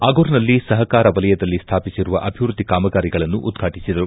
ಅಗುರ್ನಲ್ಲಿ ಸಹಕಾರ ವಲಯದಲ್ಲಿ ಸ್ಥಾಪಿಸಿರುವ ಅಭಿವೃದ್ದಿ ಕಾಮಗಾರಿಗಳನ್ನು ಉದ್ಘಾಟಿಸಿದರು